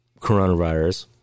coronavirus